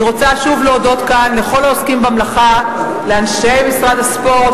אני רוצה שוב להודות כאן לכל העוסקים במלאכה: לאנשי משרד הספורט,